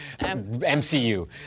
MCU